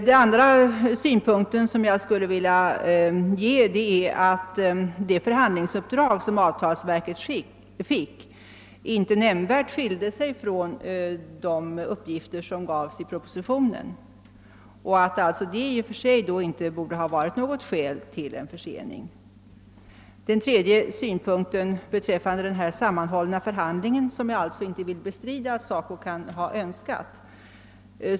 Den andra synpunkten är att det förhandlingsuppdrag som = <:avtalsverket fick inte nämnvärt skilde sig från de uppgifter som lämnades i propositionen, varför det i och för sig inte borde ha varit något skäl för en försening. Den tredje synpunkten gäller den sammanhållna förhandlingen, som jag alltså inte vill bestrida att SACO kan ha önskat.